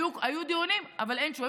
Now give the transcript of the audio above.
היו דיונים אבל אין תשובה.